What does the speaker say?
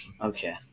Okay